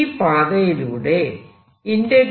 ഈ പാതയിലൂടെ A